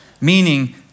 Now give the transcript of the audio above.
meaning